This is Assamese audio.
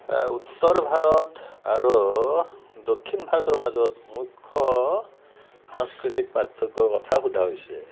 উত্তৰ ভাৰত আৰু দক্ষিণ ভাৰতৰ মাজত মুখ্য সাংস্কৃতিক পাৰ্থক্যৰ কথা সোধা হৈছে